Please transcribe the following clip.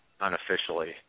unofficially